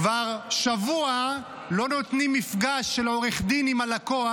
כבר שבוע לא נותנים מפגש של עורך דין עם הלקוח,